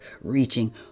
reaching